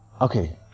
Okay